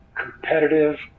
competitive